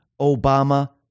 Obama